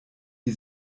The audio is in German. die